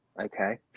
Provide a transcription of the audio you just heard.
okay